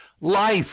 life